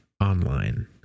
online